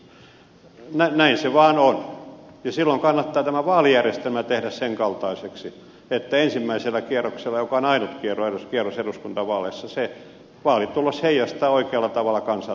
näin se vaan on ja silloin kannattaa tämä vaalijärjestelmä tehdä sen kaltaiseksi että ensimmäisellä kierroksella joka on ainut kierros eduskuntavaaleissa vaalitulos heijastaa oikealla tavalla kansan tahtoa